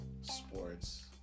sports